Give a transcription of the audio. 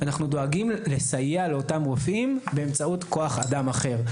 ואנחנו דואגים לסייע לאותם רופאים באמצעות כוח אדם אחר.